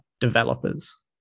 developers